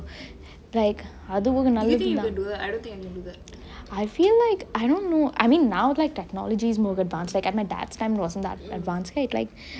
like அதுவு நல்லதுதா:athuvu nallathuthaa I feel like I don't know I feel like technology is more advanced at my dad's time it was not that advanced